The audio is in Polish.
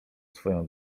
swoją